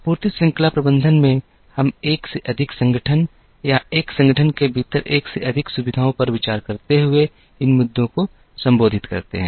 आपूर्ति श्रृंखला प्रबंधन में हम एक से अधिक संगठन या एक संगठन के भीतर एक से अधिक सुविधाओं पर विचार करते हुए इन मुद्दों को संबोधित करते हैं